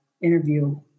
interview